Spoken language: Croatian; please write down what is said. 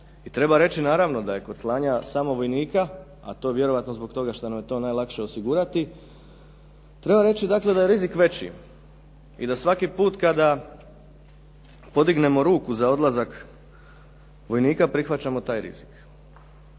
treba reći naravno da je kod slanja samo vojnika a to vjerojatno zbog toga što nam je to najlakše osigurati treba reći da je rizik veći i da svaki put kada podignemo ruku za odlazak vojnika prihvaćamo taj rizik.